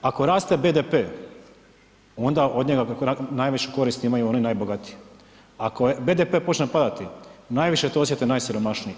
Ako raste BDP onda od njega najviše koristi imaju oni najbogatiji, ako BDP počne padati najviše to osjete najsiromašniji.